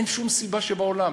אין שום סיבה שבעולם.